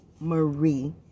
Marie